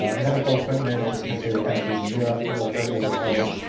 ah medical equipment, especially to countries in europe that were hurt really hard.